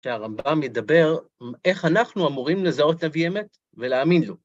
שהרמב״ם ידבר איך אנחנו אמורים לזהות נביא אמת ולהאמין לו.